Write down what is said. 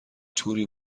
توری